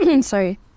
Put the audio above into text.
Sorry